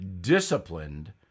disciplined